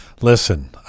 Listen